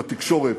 בתקשורת,